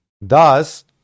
Thus